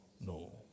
No